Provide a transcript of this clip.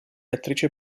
attrice